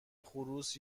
خروس